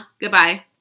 Goodbye